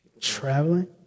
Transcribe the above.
Traveling